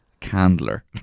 Candler